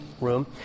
room